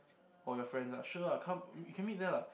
or your friends ah sure ah come we can meet there lah